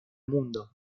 mundo